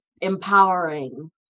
empowering